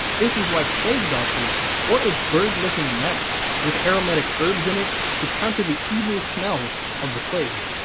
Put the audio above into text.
this is why plague doctors wore a bird looking mask with aromatic herbs in it to counter the evil smells of the plague.